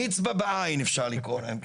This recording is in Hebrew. נצבא בעין אפשר לקרוא להם.